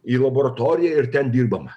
į laboratoriją ir ten dirbama